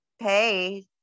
pay